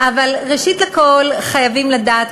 אבל ראשית כול חייבים לדעת,